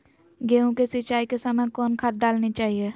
गेंहू के सिंचाई के समय कौन खाद डालनी चाइये?